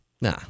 Nah